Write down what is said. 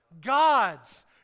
God's